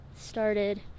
started